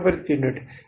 10 रुपये प्रति यूनिट